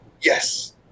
Yes